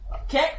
Okay